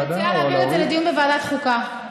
אני מציעה להעביר את זה לדיון בוועדת החוקה.